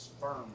firm